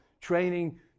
training